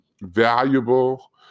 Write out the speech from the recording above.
valuable